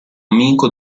amico